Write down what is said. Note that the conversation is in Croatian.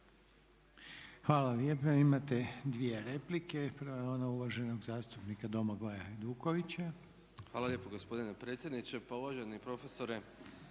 Hvala lijepa. Imate dvije replike. Prva je ona uvaženog zastupnika Domagoja Hajdukovića. **Hajduković, Domagoj (SDP)** Hvala lijepo gospodine predsjedniče. Pa uvaženi profesorre,